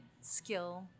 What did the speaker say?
skill